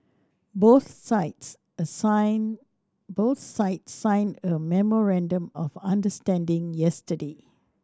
both sides assign both sides signed a memorandum of understanding yesterday